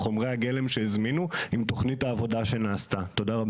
ומארגוני הסביבה כל שנה הייתי מקבל